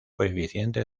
coeficiente